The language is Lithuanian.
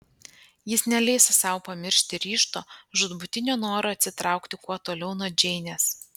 jis neleis sau pamiršti ryžto žūtbūtinio noro atsitraukti kuo toliau nuo džeinės